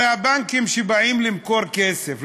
הרי הבנקים שבאים למכור כסף,